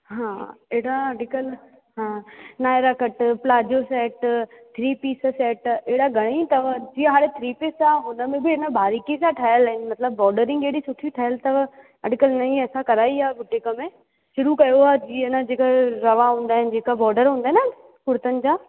हा अहिड़ा अॼुकल्ह हा Naira cut palazzo set three piece set अहिड़ा घणा ई अथव जीअं हाणे थ्री पीस आहे हुन में बि अहिड़ा बारीकी सां ठहियल आहिनि मतिलबु बॉडरिंग अहिड़ी सुठी ठहियल अथव अॼुकल्ह नई असां कराई आहे बुटीक में शुरु कयो आहे जीअं न अॼुकल्ह रवा हूंदा आहिनि जेका बॉडर हूंदा आहिनि कुर्तनि जा